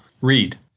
Read